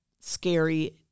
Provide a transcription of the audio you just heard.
scary